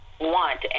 want